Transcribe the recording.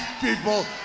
people